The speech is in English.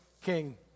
king